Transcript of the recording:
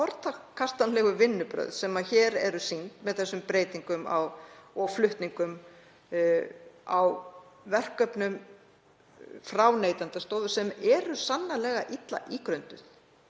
forkastanlegu vinnubrögð sem sýnd eru með þessum breytingum og flutningum á verkefnum frá Neytendastofu sem eru sannarlega illa ígrunduð.